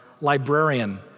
librarian